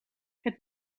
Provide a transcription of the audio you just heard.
het